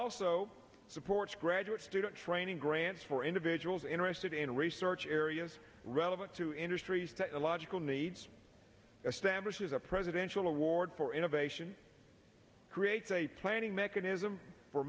also supports graduate student training grants for individuals interested in research areas relevant to industry's technological needs establishes a presidential award for innovation creates a planning mechanism for